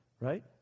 right